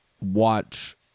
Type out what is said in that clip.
Watch